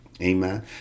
Amen